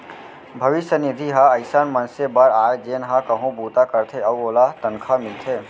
भविस्य निधि ह अइसन मनसे बर आय जेन ह कहूँ बूता करथे अउ ओला तनखा मिलथे